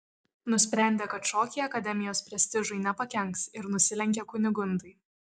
nusprendė kad šokiai akademijos prestižui nepakenks ir nusilenkė kunigundai